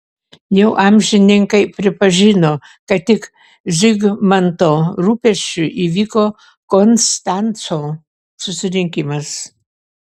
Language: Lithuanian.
jau amžininkai pripažino kad tik zigmanto rūpesčiu įvyko konstanco susirinkimas